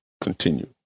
continue